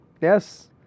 Yes